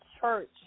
church